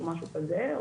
או משהו כזה,